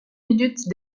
minute